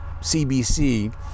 cbc